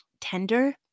tender